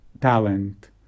talent